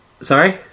sorry